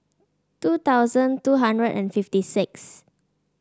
two thousand two hundred and fifty six